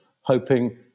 hoping